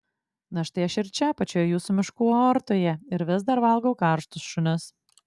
na štai aš ir čia pačioje jūsų miškų aortoje ir vis dar valgau karštus šunis